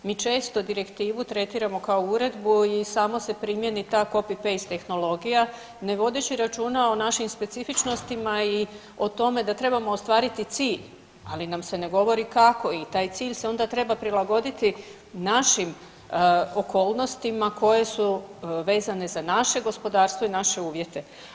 Mi često direktivu tretiramo kao uredbu i samo se primjeni ta copy paste tehnologija ne vodeći računa o našim specifičnostima i o tome da trebamo ostvariti cilj, ali nam se ne govori kako i taj cilj se onda treba prilagoditi našim okolnostima koje su vezane za naše gospodarstvo i naše uvjete.